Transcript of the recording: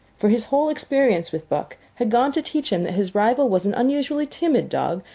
for his whole experience with buck had gone to teach him that his rival was an unusually timid dog,